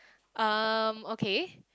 um okay